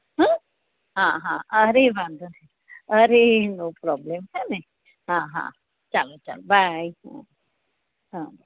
હ હા હા અરે વાંધો નહીં અરે નો પ્રોબ્લેમ હે ને હા હા ચાલો ચાલો બાય હ હા